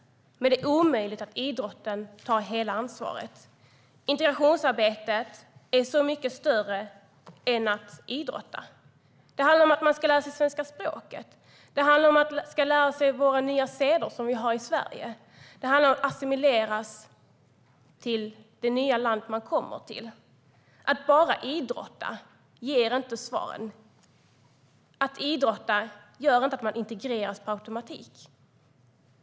Men det är omöjligt att idrotten tar hela ansvaret. Integrationsarbetet är mycket större än idrottandet. Det handlar om att man ska lära sig svenska språket. Det handlar om att man ska lära sig de seder som vi har i Sverige. Det handlar om att assimileras i det nya landet man kommer till. Att bara idrotta ger inte svaren. Att idrotta gör inte att man integreras per automatik.